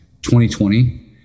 2020